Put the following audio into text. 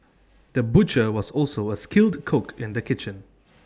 the butcher was also A skilled cook in the kitchen